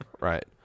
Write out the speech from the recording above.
Right